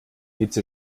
hitze